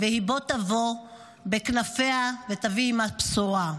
והיא בוא תבוא ותביא עמה בשורה בכנפיה.